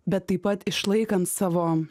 bet taip pat išlaikant savo